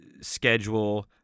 schedule